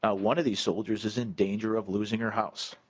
ah one of the soldiers is in danger of losing her house.